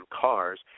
cars